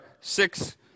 six